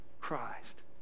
Christ